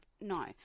no